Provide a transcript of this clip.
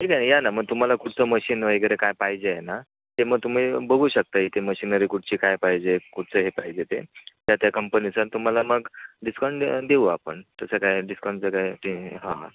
ठीक आहे ना या ना मग तुम्हाला कुठचं मशीन वगैरे काय पाहिजे आहे ना ते मग तुम्ही बघू शकता इथे मशीनरी कुठची काय पाहिजे कुठचं हे पाहिजे ते त्या त्या कंपनीचा तुम्हाला मग डिस्काउंट दे देऊ आपण कसं काय डिस्काउंटचं काय ते हां हां